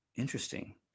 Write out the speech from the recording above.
Interesting